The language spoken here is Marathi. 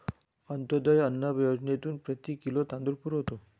अंत्योदय अन्न योजनेतून प्रति किलो तांदूळ पुरवतो